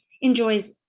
enjoys